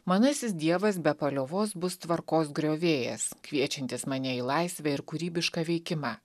manasis dievas be paliovos bus tvarkos griovėjas kviečiantis mane į laisvę ir kūrybišką veikimą